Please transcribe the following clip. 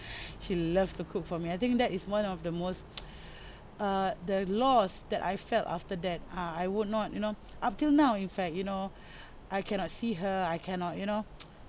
she loves to cook for me I think that is one of the most err the loss that I felt after that uh I would not you know up till now in fact you know I cannot see her I cannot you know